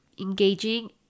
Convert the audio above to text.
engaging